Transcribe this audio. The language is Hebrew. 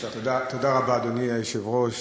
אדוני היושב-ראש,